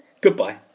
Goodbye